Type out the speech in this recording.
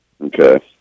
Okay